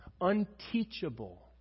unteachable